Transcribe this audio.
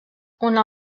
una